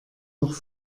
noch